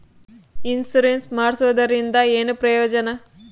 Insurance ಮಾಡ್ಸೋದರಿಂದ ಏನು ಪ್ರಯೋಜನ?